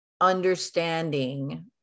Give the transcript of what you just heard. understanding